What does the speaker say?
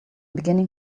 beginning